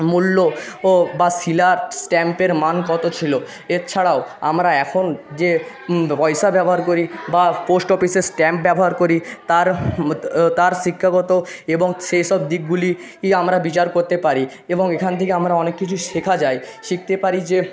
মূল্য ও বা শিলার স্ট্যাম্পের মান কত ছিল এর ছাড়াও আমরা এখন যে পয়সা ব্যবহার করি বা পোস্ট অফিসে স্ট্যাম্প ব্যবহার করি তার তার শিক্ষাগত এবং সেইসব দিকগুলি ই আমরা বিচার করতে পারি এবং এখান থেকে আমরা অনেক কিছু শেখা যায় শিখতে পারি যে